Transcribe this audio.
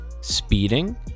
speeding